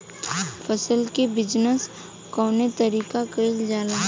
फसल क बिजनेस कउने तरह कईल जाला?